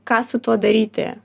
ką su tuo daryti